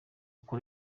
uko